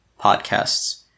podcasts